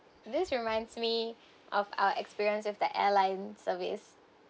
this reminds me of our experience with the airline service